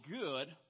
good